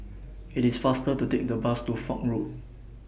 IT IS faster to Take The Bus to Foch Road